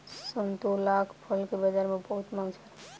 संतोलाक फल के बजार में बहुत मांग छल